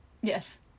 Yes